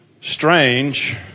strange